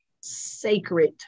sacred